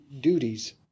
duties